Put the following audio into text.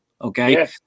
okay